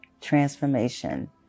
transformation